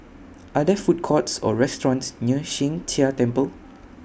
Are There Food Courts Or restaurants near Sheng Jia Temple